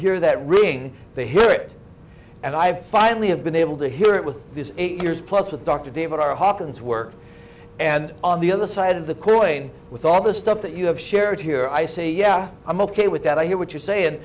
hear that ring they hear it and i finally have been able to hear it with this eight years plus with dr david r hawkins work and on the other side of the coin with all the stuff that you have shared here i say yeah i'm ok with that i hear what you're saying